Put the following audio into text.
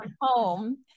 home